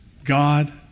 God